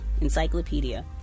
encyclopedia